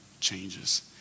changes